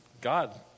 God